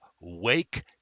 Wake